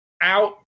out